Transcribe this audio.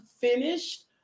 finished